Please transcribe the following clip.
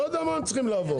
לא יודע מה הם צריכים לעבור.